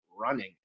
running